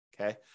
Okay